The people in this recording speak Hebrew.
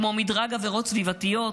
כמו מדרג עבירות סביבתיות,